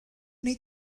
wnei